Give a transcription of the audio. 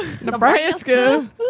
Nebraska